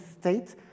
state